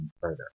further